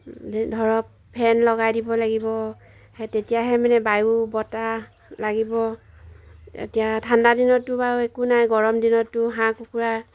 ধৰক ফেন লগাই দিব লাগিব সেই তেতিয়াহে মানে বায়ু বতাহ লাগিব এতিয়া ঠাণ্ডা দিনতটো বাৰু একো নাই গৰম দিনতটো হাঁহ কুকুৰা